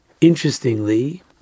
Interestingly